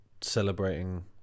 celebrating